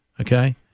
okay